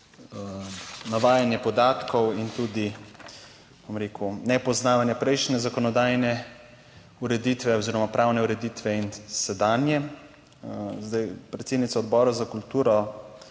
navajanje podatkov in tudi, bom rekel, nepoznavanje prejšnje zakonodajne ureditve oziroma pravne ureditve in sedanje. Predsednica Odbora za kulturo